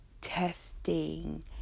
testing